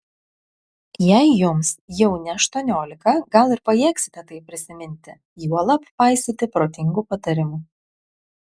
jei jums jau ne aštuoniolika gal ir pajėgsite tai prisiminti juolab paisyti protingų patarimų